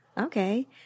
Okay